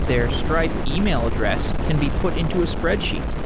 their stripe email address can be put into a spreadsheet